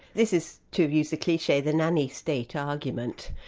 this is, to use a cliche, the nanny state argument,